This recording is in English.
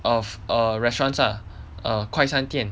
of err restaurants ah err 快餐店